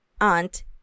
aunt